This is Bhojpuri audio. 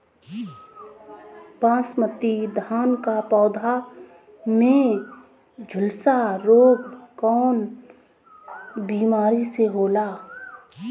बासमती धान क पौधा में झुलसा रोग कौन बिमारी से होला?